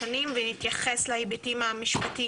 כדי להבין מי יורשה ומי לא יורשה לערוך את המחקרים